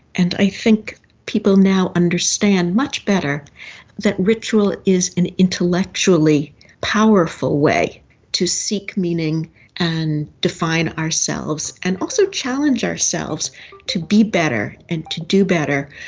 and i think people now understand much better that ritual is an intellectually powerful way to seek meaning and define ourselves, and also challenge ourselves to be better and to do better,